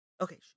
Okay